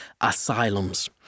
asylums